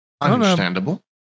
Understandable